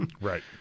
Right